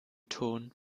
ton